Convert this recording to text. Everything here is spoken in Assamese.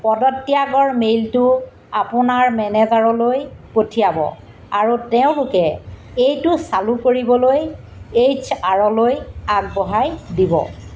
পদত্যাগৰ মেইলটো আপোনাৰ মেনেজাৰলৈ পঠিয়াব আৰু তেওঁলোকে এইটো চালু কৰিবলৈ এইচ আৰ লৈ আগবঢ়াই দিব